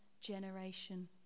generation